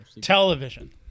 television